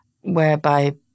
whereby